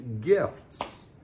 gifts